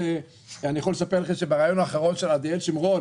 אני יכול לספר לכם שבראיון האחרון של עדיאל שמרון